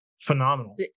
phenomenal